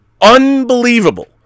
Unbelievable